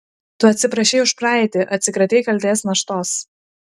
tu atsiprašei už praeitį atsikratei kaltės naštos